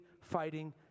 fighting